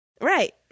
Right